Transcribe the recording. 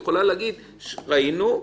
היא יכולה להגיד: ראינו,